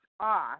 off